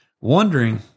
wondering